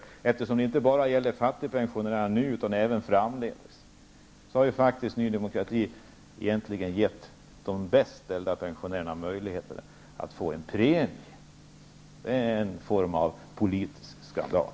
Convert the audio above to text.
Det gäller ju inte bara fattigpensionärerna nu, utan även framledes. Men nu har Ny demokrati faktiskt gett de bäst ställda pensionärena möjlighet att få en premie. Det är en politisk skandal!